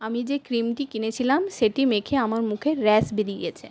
আমি যে ক্রিমটি কিনেছিলাম সেটি মেখে আমার মুখে র্যাশ বেরিয়ে গেছে